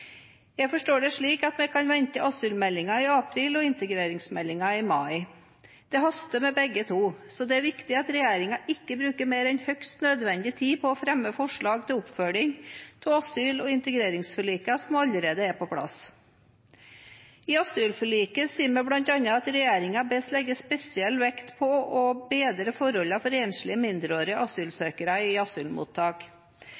Jeg forstår det slik at vi kan vente asylmeldingen i april og integreringsmeldingen i mai. Det haster med begge to, så det er viktig at regjeringen ikke bruker mer enn høyst nødvendig tid på å fremme forslag til oppfølging av asyl- og integreringsforlikene som allerede er på plass. I asylforliket bes det bl.a. om at regjeringen legger spesiell vekt på å bedre forholdene for enslige mindreårige